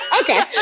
okay